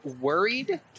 worried